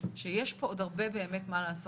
שיש פה עוד הרבה מה לעשות.